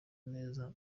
neza